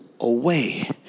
away